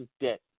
debt